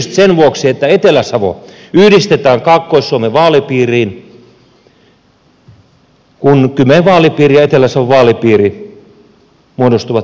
erityisesti sen vuoksi että etelä savo yhdistetään kaakkois suomen vaalipiiriin kun kymen vaalipiiri ja etelä savon vaalipiiri muodostuvat yhteiseksi vaalipiiriksi